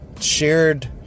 shared